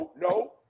no